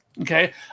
okay